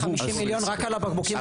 150 מיליון רק על הבקבוקים הגדולים.